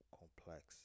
complex